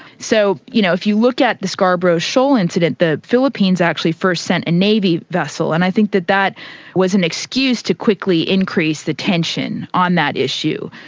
so, you know, if you look at the scarborough shoal incident, the philippines actually first sent a navy vessel and i think that that was an excuse to quickly increase the tension on that issue.